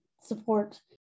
support